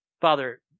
Father